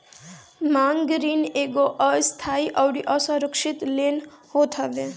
मांग ऋण एगो अस्थाई अउरी असुरक्षित लोन होत हवे